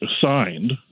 signed